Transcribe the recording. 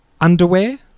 Underwear